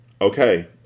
Okay